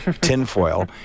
tinfoil